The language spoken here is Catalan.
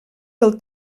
del